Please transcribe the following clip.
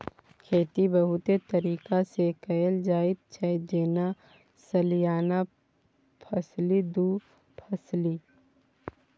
खेती बहुतो तरीका सँ कएल जाइत छै जेना सलियाना फसली, दु फसली